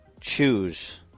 choose